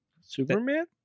Superman